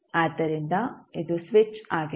ಆದ್ದರಿಂದ ಇದು ಸ್ವಿಚ್ ಆಗಿದೆ